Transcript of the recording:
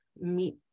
meet